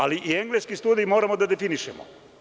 Ali i engleske studije moramo da definišemo.